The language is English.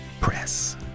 Press